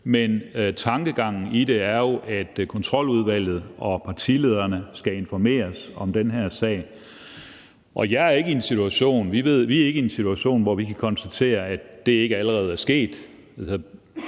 men tankegangen i det er jo, at Kontroludvalget og partilederne skal informeres om den her sag. Vi er ikke i en situation, hvor vi kan konstatere, at det ikke allerede er sket.